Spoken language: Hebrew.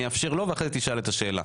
אני אאפשר לו ואחר כך תשאל את השאלות.